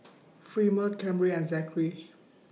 Fremont Camryn and Zachary